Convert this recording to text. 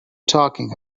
talking